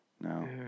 No